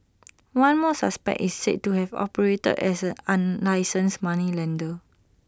one more suspect is said to have operated as an unlicensed moneylender